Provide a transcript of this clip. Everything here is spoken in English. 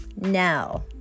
Now